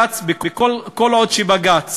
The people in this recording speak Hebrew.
כל עוד בג"ץ